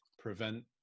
prevent